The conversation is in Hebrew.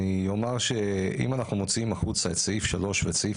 אני אומר שאם אנחנו מוציאים החוצה את סעיף 3 ואת סעיף